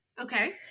Okay